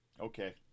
Okay